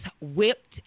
whipped